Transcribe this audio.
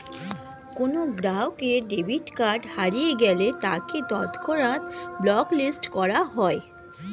কোনো গ্রাহকের debit card হারিয়ে গেলে তাকে তৎক্ষণাৎ ব্লক লিস্ট করা হয়